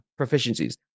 proficiencies